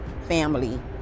family